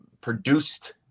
produced